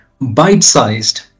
Bite-sized